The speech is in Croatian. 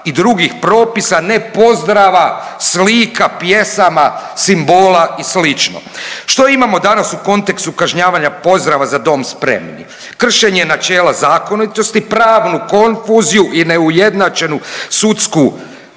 i drugih propisa, a ne pozdrava, slika, pjesama, simbola i slično. Što imamo danas u kontekstu kažnjavanja pozdrava „Za dom spremni!“? Kršenje načela zakonitosti, pravnu konfuziju i neujednačenu sudsku